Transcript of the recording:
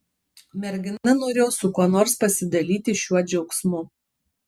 mergina norėjo su kuo nors pasidalyti šiuo džiaugsmu